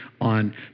on